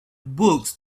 books